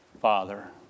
father